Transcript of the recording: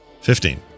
Fifteen